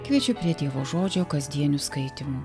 kviečiu prie dievo žodžio kasdienių skaitymų